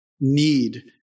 need